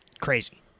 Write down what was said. crazy